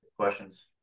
questions